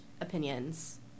opinions